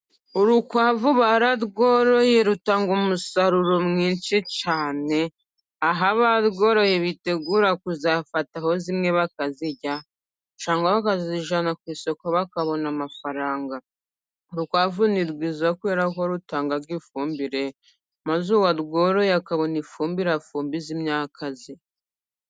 Urukwavura bararworoye rutanga umusaruro mwinshi cyane, aho barwoye bitegura kuzafata aho zimwe bakazirya cyangwa bakajyana ku isoko bakabona amafaranga, urukwavu ni rwiza kubera ko rutangaga ifumbire maze uwarworoye akabona ifumbire afumbiza imyaka ye.